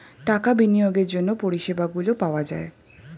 টাকা বিনিয়োগের জন্য পরিষেবাগুলো পাওয়া যায়